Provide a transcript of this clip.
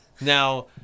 Now